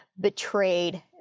betrayed